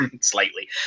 slightly